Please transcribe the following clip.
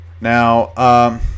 Now